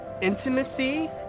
intimacy